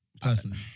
personally